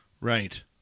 right